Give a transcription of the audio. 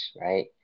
right